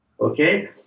Okay